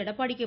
Edappadi K